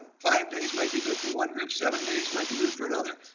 five days might be good for one group, seven days might be group for another,